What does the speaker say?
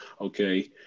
okay